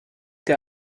der